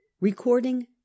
Recording